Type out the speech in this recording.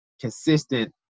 consistent